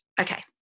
Okay